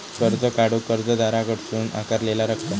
कर्ज काढूक कर्जदाराकडसून आकारलेला रक्कम